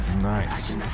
Nice